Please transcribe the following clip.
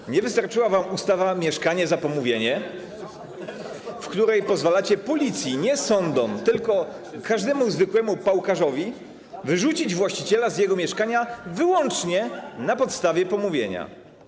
Tak, nie wystarczyła wam ustawa: mieszkanie za pomówienie, w której pozwalacie policji, nie sądom, tylko każdemu zwykłemu pałkarzowi wyrzucić właściciela z jego mieszkania wyłącznie na podstawie pomówienia.